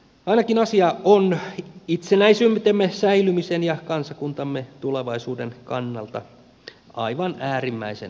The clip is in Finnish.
ainakin asia on itsenäisyytemme säilymisen ja kansakuntamme tulevaisuuden kannalta aivan äärimmäisen tärkeä